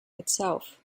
itself